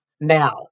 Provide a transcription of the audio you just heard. Now